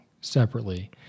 separately